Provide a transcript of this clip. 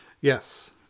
Yes